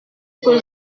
que